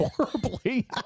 horribly